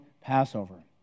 Passover